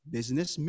Business